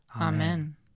Amen